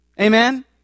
Amen